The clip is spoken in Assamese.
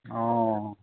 অ